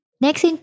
next